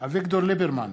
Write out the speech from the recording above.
אביגדור ליברמן,